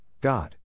God